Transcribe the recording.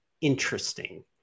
interesting